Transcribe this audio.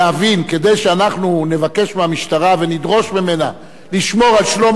כדי שאנחנו נבקש מהמשטרה ונדרוש ממנה לשמור על שלום הציבור,